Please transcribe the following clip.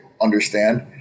understand